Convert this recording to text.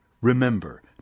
Remember